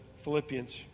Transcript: Philippians